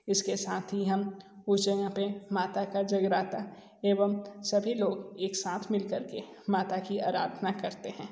इसके साथ ही हम उस जगह पे माता का जगराता एवं सभी लोग एक साथ मिलकर के माता की आराधना करते हैं